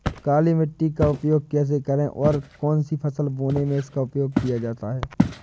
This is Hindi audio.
काली मिट्टी का उपयोग कैसे करें और कौन सी फसल बोने में इसका उपयोग किया जाता है?